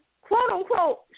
quote-unquote